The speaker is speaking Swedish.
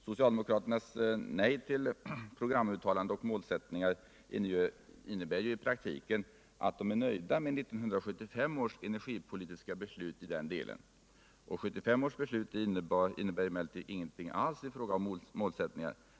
Socialdemokraternas nej till programuttalanden och målsättningar innebär i praktiken att de är nöjda med 1975 års energipolitiska beslut i den delen. 1975 års beslut innebar emellertid ingenting alls i fråga om målsättningar.